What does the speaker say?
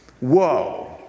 Whoa